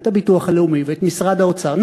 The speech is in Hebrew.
ואת הביטוח הלאומי ואת משרד האוצר.